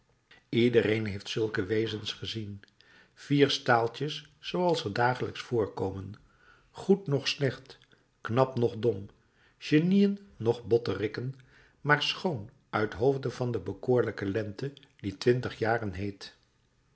iedereen heeft zulke wezens gezien vier staaltjes zooals er dagelijks voorkomen goed noch slecht knap noch dom genieën noch botteriken maar schoon uithoofde van de bekoorlijke lente die twintig jaren heet